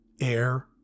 air